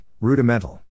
Rudimental